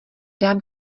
dám